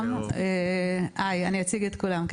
אני אציג את כולם.